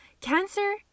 Cancer